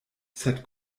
sed